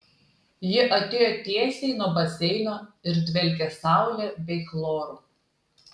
ji atėjo tiesiai nuo baseino ir dvelkė saule bei chloru